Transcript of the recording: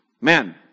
Man